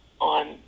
on